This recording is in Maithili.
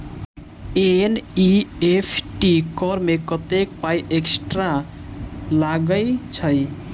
एन.ई.एफ.टी करऽ मे कत्तेक पाई एक्स्ट्रा लागई छई?